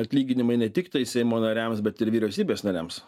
atlyginimai ne tiktai seimo nariams bet ir vyriausybės nariams